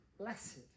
Blessed